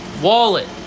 Wallet